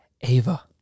ava